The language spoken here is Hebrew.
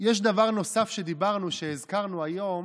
יש דבר נוסף שדיברנו עליו, שהזכרנו היום,